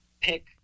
pick